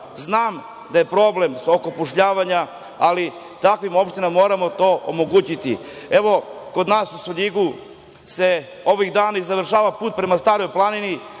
znam da je problem oko zapošljavanja, ali takvim opštinama moramo to omogućiti. Kod nas u Svrljigu se ovih dana završava put prema Staroj planini.